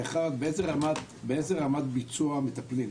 באיזה רמת ביצוע מטפלים,